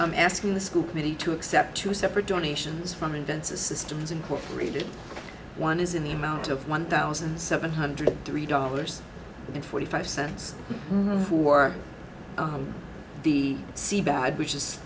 i'm asking the school committee to accept two separate donations from invensys systems incorporated one is in the amount of one thousand seven hundred three dollars and forty five cents for the seabag which is